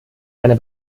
seine